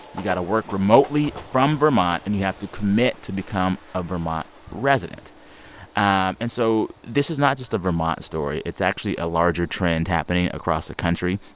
you've got to work remotely from vermont. and you have to commit to become a vermont resident and so this is not just a vermont story. it's actually a larger trend happening across the country.